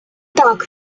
так